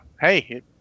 hey